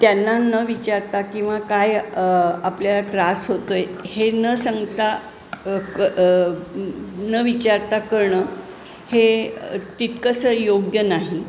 त्यांना न विचारता किंवा काय आपल्याला त्रास होतो आहे हे न सांगता क न विचारता करणं हे तितकंसं योग्य नाही